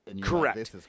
Correct